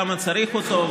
למה צריך אותו,